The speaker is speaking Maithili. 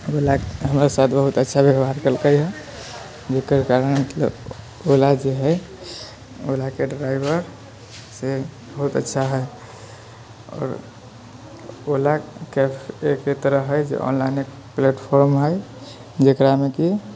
ओला हमरा साथ बहुत अच्छा व्यवहार केलकै हँ जकर कारण मतलब ओला जे हइ ओलाके ड्राइवर से बहुत अच्छा हइ आओर ओला कैब एक तरह हइ जे ऑनलाइने प्लेटफार्म हइ जकरामे कि